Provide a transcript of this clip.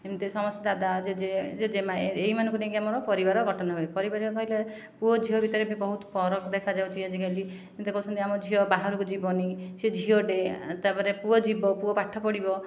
ଏମିତି ସମସ୍ତେ ଦାଦା ଜେଜେ ଜେଜେମା ଏହିମାନଙ୍କୁ ନେଇ ଆମର ପରିବାର ଗଠନ ହୁଏ ପରିବାରିକ କହିଲେ ପୁଅ ଝିଅ ଭିତରେ ବି ବହୁତ ଫରକ ଦେଖାଯାଉଛି ଆଜିକାଲି ଏମିତି କହୁଛନ୍ତି ଝିଅ ବାହାରକୁ ଯିବନି ସେ ଝିଅଟେ ତା'ପରେ ପୁଅ ଯିବ ପୁଅ ପାଠ ପଢ଼ିବ